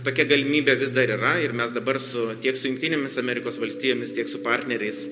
tokia galimybė vis dar yra ir mes dabar su tiek su jungtinėmis amerikos valstijomis tiek su partneriais